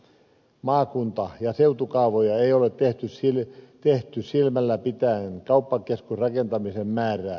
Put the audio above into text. maakunta ja seutukaavoja ei ole tehty silmällä pitäen kauppakeskusrakentamisen määrää